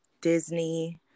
Disney